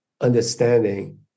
understanding